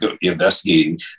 investigating